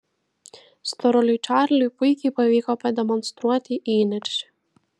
storuliui čarliui puikiai pavyko pademonstruoti įniršį